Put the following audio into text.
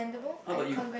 how about you